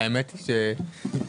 הישיבה ננעלה בשעה 11:05.